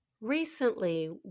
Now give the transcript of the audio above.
Recently